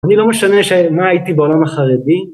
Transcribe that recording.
אני לא משנה ש.. מה הייתי בעולם החרדי